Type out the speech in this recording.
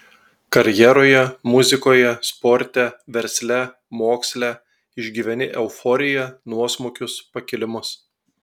karjeroje muzikoje sporte versle moksle išgyveni euforiją nuosmukius pakilimus